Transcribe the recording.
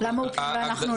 למה הוא כן ואנחנו לא?